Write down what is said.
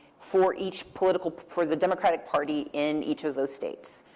for each political for the democratic party in each of those states.